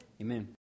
Amen